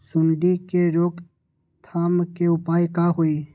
सूंडी के रोक थाम के उपाय का होई?